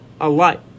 alike